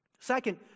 Second